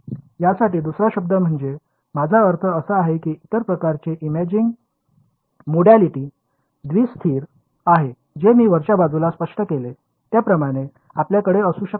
यासाठीचा दुसरा शब्द म्हणजे माझा अर्थ असा आहे की इतर प्रकारचे इमेजिंग मोडयालीटी द्वि स्थिर आहे जे मी वरच्या बाजूला स्पष्ट केले त्याप्रमाणे आपल्याकडे असू शकते